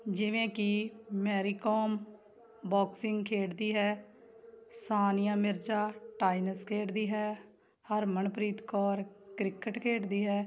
ਜਿਵੇਂ ਕਿ ਮੈਰੀ ਕੋਮ ਬੋਕਸਿੰਗ ਖੇਡਦੀ ਹੈ ਸਾਨੀਆਂ ਮਿਰਜ਼ਾ ਟਾਈਨਸ ਖੇਡਦੀ ਹੈ ਹਰਮਨਪ੍ਰੀਤ ਕੌਰ ਕ੍ਰਿਕਟ ਖੇਡਦੀ ਹੈ